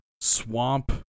swamp